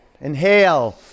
Inhale